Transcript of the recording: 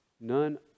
none